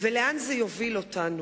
לאן זה יוביל אותנו?